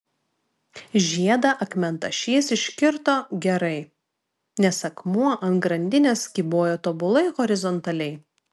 žiedą akmentašys iškirto gerai nes akmuo ant grandinės kybojo tobulai horizontaliai